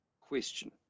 question